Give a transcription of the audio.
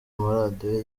amaradiyo